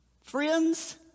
Friends